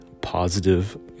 Positive